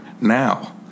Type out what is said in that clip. now